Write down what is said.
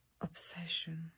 Obsession